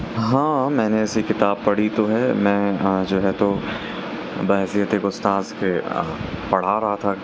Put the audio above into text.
ہاں میں نے ایسی کتاب پڑھی تو ہے میں جو ہے تو بحیثیت ایک استاذ کے پڑھا رہا تھا